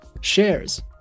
shares